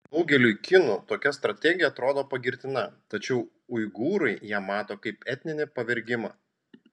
daugeliui kinų tokia strategija atrodo pagirtina tačiau uigūrai ją mato kaip etninį pavergimą